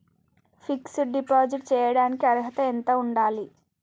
Fix డ్ deposit చేయటానికి అర్హత ఎంత ఉండాలి?